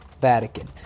Vatican